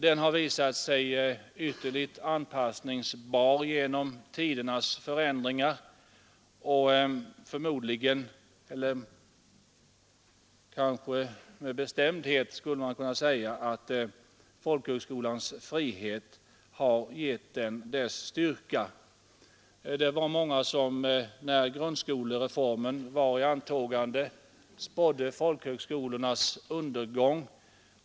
Den har visat sig ytterligt anpassningsbar genom tidernas förändringar, och man kan med bestämdhet säga att folkhögskolans frihet har gett den dess styrka. Det var många som när grundskolereformen var i antågande spådde folkhögskolornas undergång.